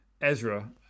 Ezra